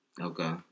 Okay